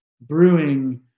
brewing